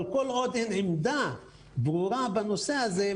אבל כל עוד אין עמדה ברורה בנושא הזה,